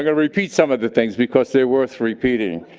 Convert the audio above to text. ah repeat some of the things because they're worth repeating.